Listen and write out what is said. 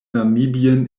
namibian